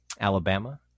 Alabama